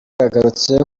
yagarutse